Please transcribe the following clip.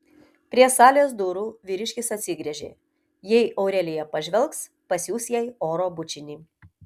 prie salės durų vyriškis atsigręžė jei aurelija pažvelgs pasiųs jai oro bučinį